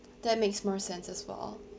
that makes more sense as well